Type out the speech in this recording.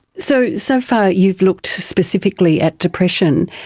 so so far you've looked specifically at depression.